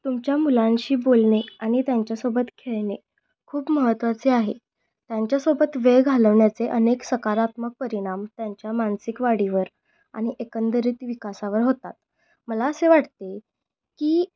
तुमच्या मुलांशी बोलणे आणि त्यांच्यासोबत खेळणे खूप महत्त्वाचे आहे त्यांच्यासोबत वेळ घालवण्याचे अनेक सकारात्मक परिणाम त्यांच्या मानसिक वाढीवर आणि एकंदरीत विकासावर होतात मला असे वाटते की